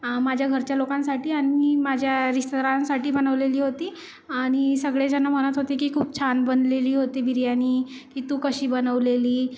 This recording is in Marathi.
माझ्या घरच्या लोकांसाठी आणि माझ्या रिश्तेदारांसाठी बनवलेली होती आणि सगळे जण म्हणत होते की खूप छान बनलेली होती बिर्याणी की तू कशी बनवलेली